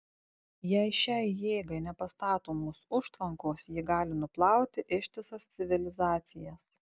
jei šiai jėgai nepastatomos užtvankos ji gali nuplauti ištisas civilizacijas